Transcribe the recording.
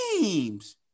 games